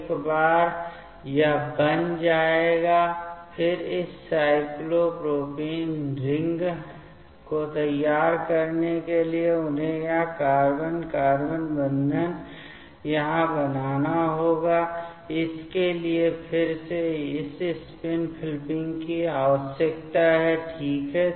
एक बार यह एक बन जाएगा फिर इस साइक्लोप्रोपेन रिंग को तैयार करने के लिए उन्हें यह कार्बन कार्बन बंधन यहां बनाना होगा इसके लिए फिर से इस स्पिन फ़्लिपिंग की आवश्यकता है ठीक है